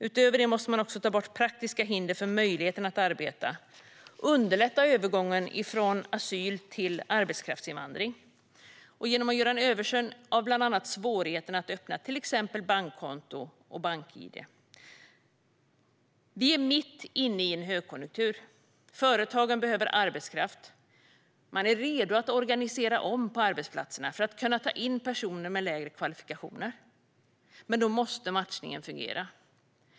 Utöver det måste man också ta bort praktiska hinder för möjligheten att arbeta och underlätta övergången från asyl till arbetskraftsinvandring genom att göra en översyn av bland annat svårigheterna att öppna till exempel bankkonto och få ett bank-id. Vi är mitt inne i en högkonjunktur. Företagen behöver arbetskraft. Man är redo att organisera om på arbetsplatserna för att kunna ta in personer med lägre kvalifikationer. Men då måste matchningen fungera.